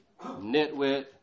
nitwit